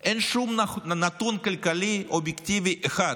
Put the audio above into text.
אין שום נתון כלכלי אובייקטיבי אחד,